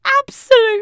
absolute